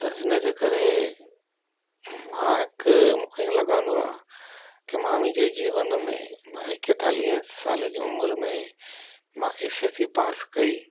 त हिन जे करे मां हिकु मूंखे हीअं लॻंदो आहे की मां मुंहिंजे जीवन में मां एकतालीहें साल जी उमिरि में मां एसएससी पास कई